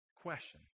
Question